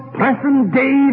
present-day